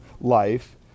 life